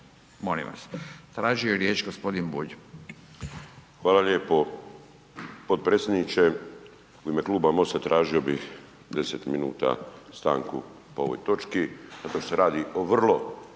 tajniče. Tražio je riječ gospodin Bulj. **Bulj, Miro (MOST)** Hvala lijepo. Potpredsjedniče u ime kluba MOST-a tražio bih 10 minuta stanku po ovoj točki zato što se radi o vrlo